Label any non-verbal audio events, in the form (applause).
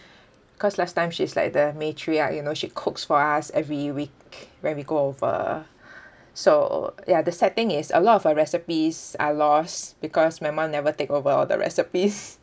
cause last time she's like the matriarch you know she cooks for us every week when we go over (breath) so ya the sad thing is a lot of her recipes I lost because my mum never take over all the recipes